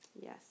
Yes